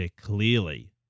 clearly